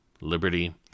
liberty